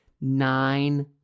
nine